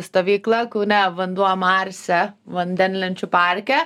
stovyklą kaune vanduo marse vandenlenčių parke